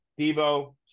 Devo